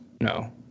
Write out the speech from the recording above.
No